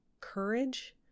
courage